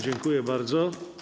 Dziękuję bardzo.